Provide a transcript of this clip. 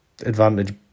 advantage